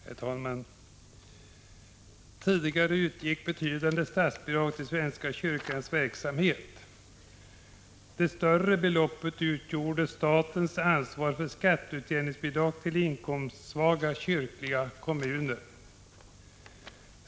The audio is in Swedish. Herr talman! Tidigare utgick betydande statsbidrag till svenska kyrkans verksamhet. Det större beloppet utgjorde statens ansvar för skatteutjämningsbidrag till inkomstsvaga kyrkliga kommuner.